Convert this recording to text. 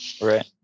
Right